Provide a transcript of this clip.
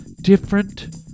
different